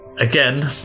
Again